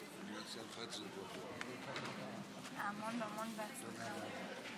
יברך את חבר הכנסת אסף זמיר חבר הכנסת עפר שלח,